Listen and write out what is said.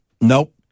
nope